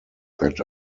that